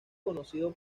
conocido